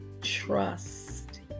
trust